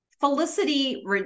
Felicity